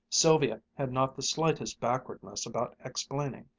sylvia had not the slightest backwardness about explaining.